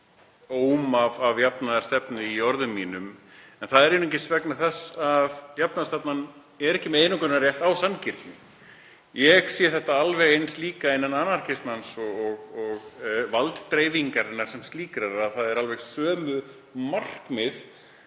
óm af jafnaðarstefnu í orðum mínum en það er einungis vegna þess að jafnaðarstefnan er ekki með einokunarrétt á sanngirni. Ég sé þetta alveg eins líka innan anarkismans og valddreifingarinnar sem slíkrar, það eru alveg sömu markmið